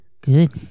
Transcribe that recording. good